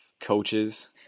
coaches